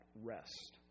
rest